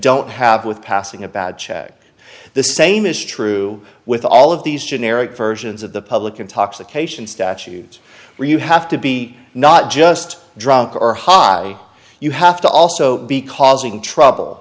don't have with passing a bad check the same is true with all of these generic versions of the public intoxication statute where you have to be not just drunk or high you have to also be causing trouble